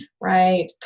right